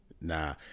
Nah